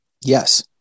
Yes